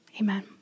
Amen